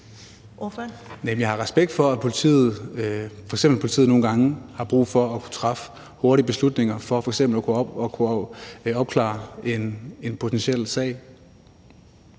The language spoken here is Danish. jeg har respekt for, at politiet f.eks. nogle gange har brug for at kunne træffe hurtige beslutninger for f.eks. at kunne opklare en potentiel sag.